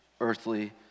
earthly